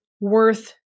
worth